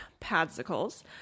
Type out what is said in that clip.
padsicles